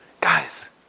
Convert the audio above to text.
Guys